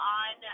on